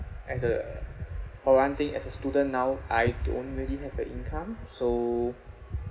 as a for one thing as a student now I don't really have the income so